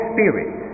Spirit